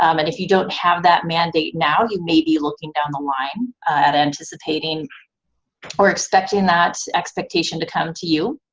um and if you don't have that mandate now, you may be looking down the line and anticipating or expecting that expectation to come to you.